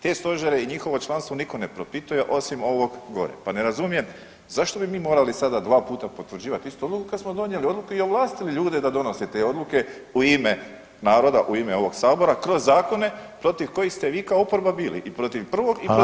Te stožere i njihovo članstvo niko ne propituje osim ovog gore, pa ne razumijem zašto bi mi morali sada dva puta potvrđivat istu odluku kad smo donijeli odluku i ovlastili ljude da donose te odluke u ime naroda i u ime ovog sabora kroz zakona protiv kojih ste vi kao oporba bili i protiv prvog i protiv drugog.